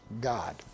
God